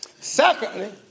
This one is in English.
Secondly